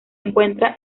encuentra